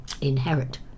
inherit